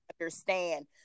understand